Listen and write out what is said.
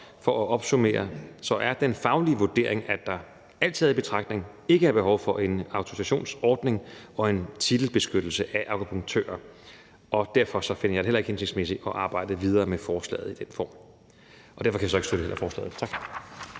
for at opsummere er den faglige vurdering, at der alt taget i betragtning ikke er behov for en autorisationsordning og en titelbeskyttelse af akupunktører, og derfor finder jeg det heller ikke hensigtsmæssigt at arbejde videre med forslaget i den form. Derfor kan vi så heller ikke støtte forslaget. Tak.